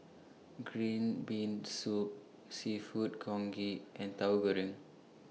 Green Bean Soup Seafood Congee and Tahu Goreng